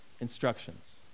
Instructions